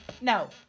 no